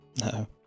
No